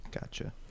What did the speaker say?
gotcha